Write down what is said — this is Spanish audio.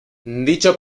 dicho